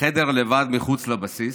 חדר לבד מחוץ לבסיס.